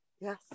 yes